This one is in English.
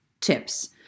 tips